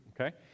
Okay